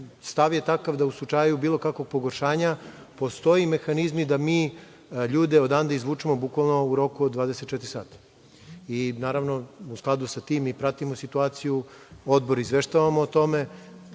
Stav je takav da u slučaju bilo kakvog pogoršanja postoje mehanizmi da mi ljude odande izvučemo bukvalno u roku od 24 sata. Naravno, u skladu sa tim i pratimo situaciju, Odbor izveštavamo o tome.